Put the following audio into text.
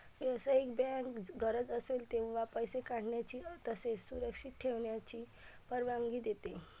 व्यावसायिक बँक गरज असेल तेव्हा पैसे काढण्याची तसेच सुरक्षित ठेवण्याची परवानगी देते